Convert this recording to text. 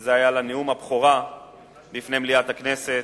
שזה היה לה נאום הבכורה בפני מליאת הכנסת.